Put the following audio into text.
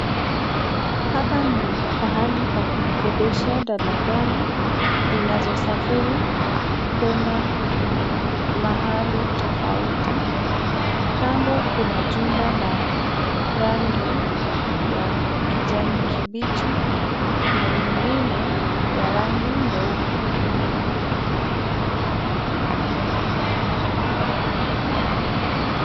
Hapa ni pahali pa kukodesha dalladalla zinazosafiri kwenda mahali tofauti. Kando kuna jumba la rangi ya kijani kibichi na nyingine ya rangi nyeupe.